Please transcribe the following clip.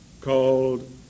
called